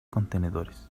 contenedores